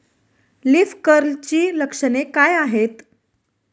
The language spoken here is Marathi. लीफ कर्लची लक्षणे काय आहेत?